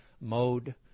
mode